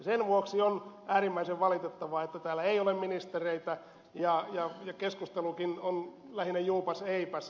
sen vuoksi on äärimmäisen valitettavaa että täällä ei ole ministereitä ja keskustelukin on lähinnä juupas eipäs